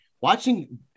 watching